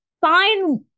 fine